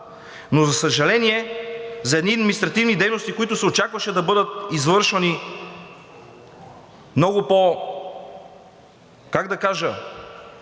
но за съжаление, за едни административни дейности, които се очакваше да бъдат извършвани, как да кажа,